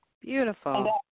beautiful